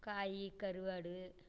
காய் கருவாடு